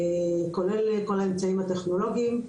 כולל כל האמצעים הטכנולוגיים.